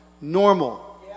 normal